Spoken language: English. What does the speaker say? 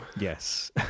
Yes